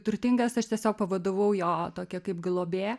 turtingas aš tiesiog pavadavau jo tokią kaip globėją